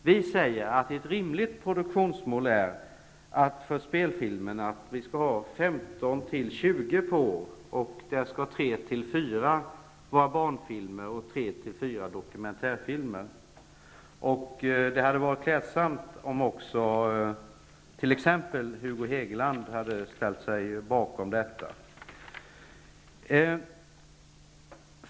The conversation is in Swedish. Vi säger att ett rimligt produktionsmål för spelfilmer är 15--20 filmer per år, varav 3--4 skall vara barnfilmer och 3--4 dokumentärfilmer. Det hade varit klädsamt om också Hugo Hegeland hade ställt sig bakom detta.